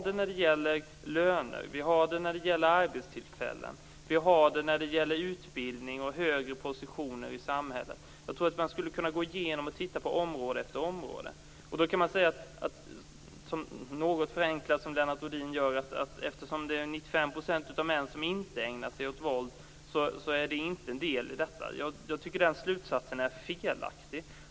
Det är så i fråga om löner, arbetstillfällen, utbildning och högre positioner i samhället. Det går att se på område efter område. Lennart Rohdin säger förenklat att i och med att 95 % av männen inte ägnar sig åt våld utgör denna fråga inte en del av diskussionen. Den slutsatsen är felaktig.